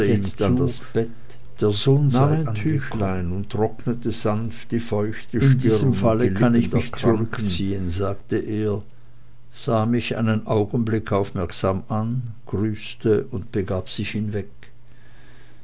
der sohn sei angekommen in diesem fall kann ich mich zurückziehen sagte er sah mich einen augenblick aufmerksam an grüßte und begab sich hinweg